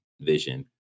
vision